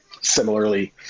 similarly